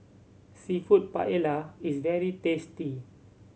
Seafood Paella is very tasty